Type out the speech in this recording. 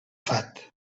fat